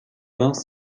vingts